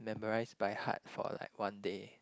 memorise by heart for like one day